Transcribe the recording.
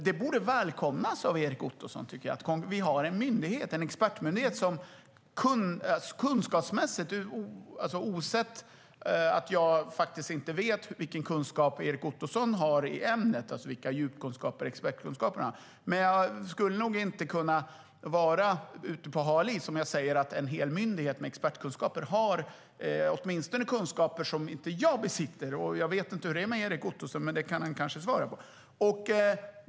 Jag vet inte om Erik Ottoson har expertkunskaper i ämnet, men det borde välkomnas av honom, tycker jag, att vi har en expertmyndighet som har kunskaper som åtminstone inte jag besitter. Jag vet inte hur det är för Erik Ottosons del, men det kan han kanske svara på.